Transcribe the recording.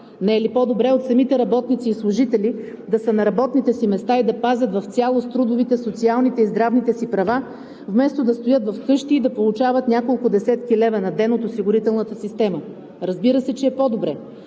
Не е ли по-добре за самите работници и служители да са на работните си места и да пазят в цялост трудовите, социалните и здравните си права, вместо да стоят вкъщи и да получават няколко десетки лева на ден от осигурителната система? Разбира се, че е по-добре.